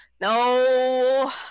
no